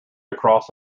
across